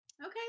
Okay